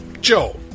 Joe